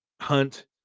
hunt